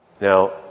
Now